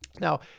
Now